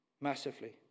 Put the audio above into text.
Massively